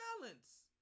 balance